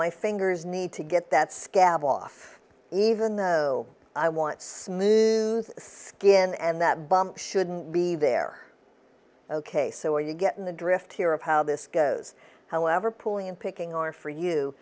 my fingers need to get that scab off even though i want smooth skin and that bomb shouldn't be there ok so are you getting the drift here of how this goes however pulling in picking are for you